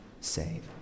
save